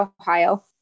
Ohio